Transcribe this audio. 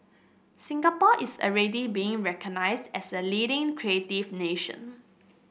Singapore is already being recognised as a leading creative nation